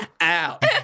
out